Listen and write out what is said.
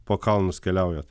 po kalnus keliaujate